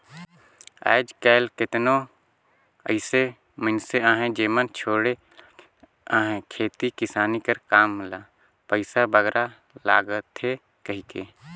आएज काएल केतनो अइसे मइनसे अहें जेमन छोंड़े लगिन अहें खेती किसानी कर काम ल पइसा बगरा लागथे कहिके